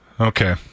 Okay